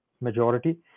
majority